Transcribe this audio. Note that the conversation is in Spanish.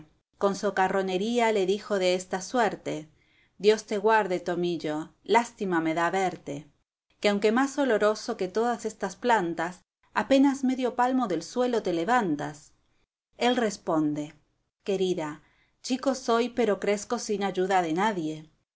con socarronería le dijo de esta suerte dios te guarde tomillo lástima me da verte que aunque más oloroso que todas estas plantas apenas medio palmo del suelo te levantas él responde querida chico soy pero crezco sin ayuda de nadie